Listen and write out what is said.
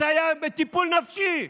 לסייע בטיפול נפשי,